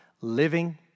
living